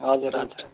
हजुर हजुर